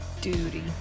Duty